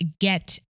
get